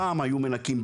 פעם היו מנקים,